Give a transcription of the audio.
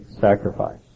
sacrifice